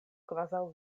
kvazaŭ